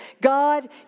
God